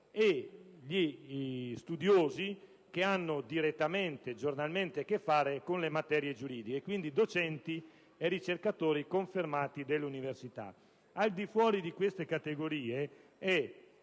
e gli studiosi che hanno direttamente, giornalmente, a che fare con le materie giuridiche, quindi docenti e ricercatori confermati dell'università. Al di fuori di queste categorie è